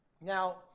Now